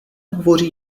hovoří